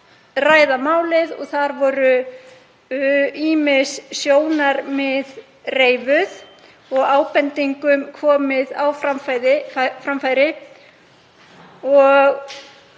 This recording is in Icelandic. ræða málið. Þar voru ýmis sjónarmið reifuð og ábendingum komið á framfæri.